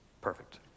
Perfect